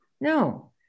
No